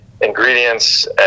ingredients